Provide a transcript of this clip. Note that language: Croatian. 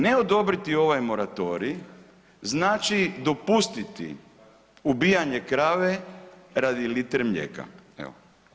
Ne odobriti ovaj moratorij znači dopustiti ubijanje krave radi litre mlijeka evo.